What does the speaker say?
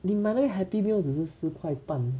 你买那个 happy meal 只是四块半